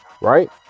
right